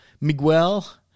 Miguel